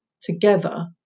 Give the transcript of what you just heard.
together